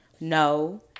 No